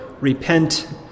repent